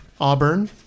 auburn